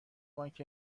بانک